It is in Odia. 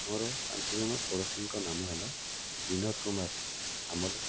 ମୋର ପାଞ୍ଚଜଣ ପୋଡ଼ଶୀଙ୍କ ନାମ ହେଲା ବିନୋଦ କୁମାର ସାମଲ